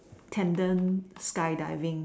tandem skydiving